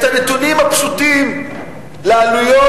את הנתונים הפשוטים של העלויות,